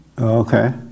Okay